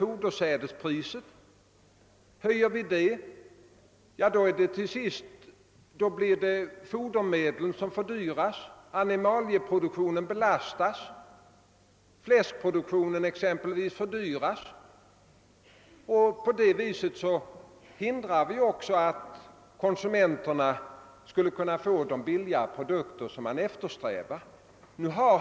Fodersädspriset följer med det högre vetepriset, och om fodermedlen fördyras belastas animalieproduktionen, i första hand fläskproduktionen. Därigenom förhindrar vi att konsumenterna får de billiga produkter vi vill att de skall ha.